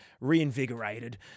reinvigorated